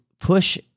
push